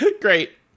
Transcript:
Great